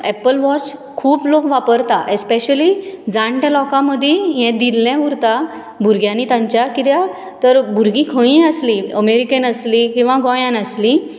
Apple Watch खूब लोक वापरता एस्पेशली जाणटे लोकां मदीं हें दिल्लें उरता भुरग्यांनी तांच्या कित्याक तर भुरगीं खंयीय आसलीं अमॅरिकेक आसलीं किंवा गोंयांत आसलीं